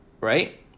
right